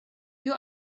you